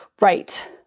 Right